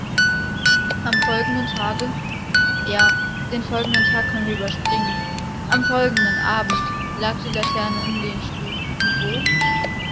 am folgenden tage ja den folgenden tag können wir überspringen am folgenden abend lag die laterne im lehnstuhl und wo